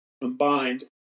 combined